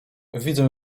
widzę